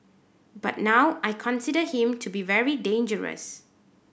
but now I consider him to be very dangerous